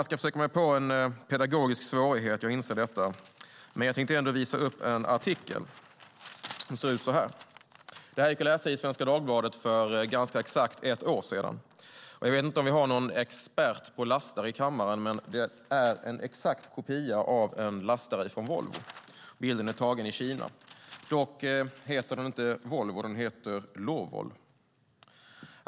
Jag ska försöka mig på något som jag inser är en pedagogisk svårighet och visar här upp en artikel. Detta gick att läsa i Svenska Dagbladet för ganska exakt ett år sedan. Jag vet inte om vi har någon expert på lastare i kammaren, men jag kan berätta att det vi ser här är en exakt kopia av en lastare från Volvo. Bilden är tagen i Kina. Dock heter inte denna lastare Volvo utan Lovol.